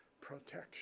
protection